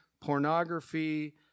pornography